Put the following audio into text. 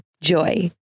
Joy